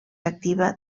activa